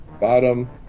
Bottom